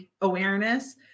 awareness